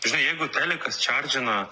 žinai jeigu telikas čerdžina